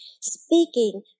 speaking